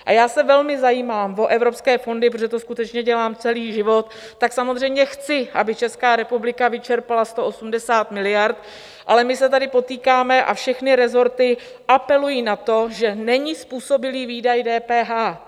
A já se velmi zajímám o evropské fondy, protože to skutečně dělám celý život, tak samozřejmě chci, aby Česká republika vyčerpala 180 miliard, ale my se tady potýkáme, a všechny resorty apelují na to, že není způsobilý výdaj DPH.